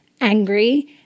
angry